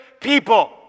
people